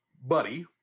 buddy